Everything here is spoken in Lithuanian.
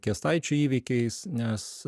kęstaičių įvykiais nes